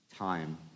time